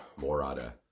Morada